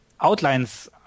Outlines